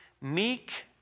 meek